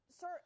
sir